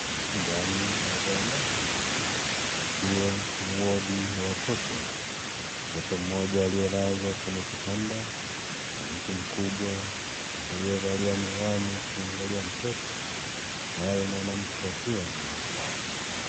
Ndani ya zahanati pakiwa ni wadi ya watoto, mtoto mmoja aliyelazwa kwenye kitanda na mtu mkubwa aliyevalia miwani kuangalia mtoto naye mwanamke akiwa nyuma yake.